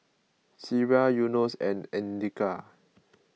Syirah Yunos and andika